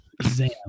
exam